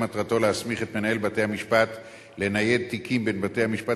מטרתו להסמיך את מנהל בתי-המשפט לנייד תיקים בין בתי-המשפט